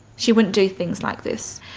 she wouldn't do things like this.